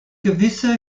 gewisse